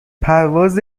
پرواز